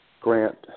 grant